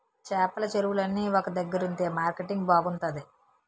చేపల చెరువులన్నీ ఒక దగ్గరుంతె మార్కెటింగ్ బాగుంతాది